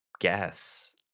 guess